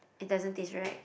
it doesn't taste right